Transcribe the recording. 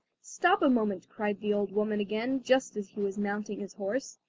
stop a moment cried the old woman again, just as he was mounting his horse,